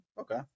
Okay